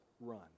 run